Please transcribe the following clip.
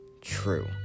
true